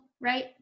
right